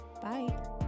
Bye